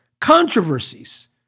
controversies